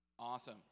Awesome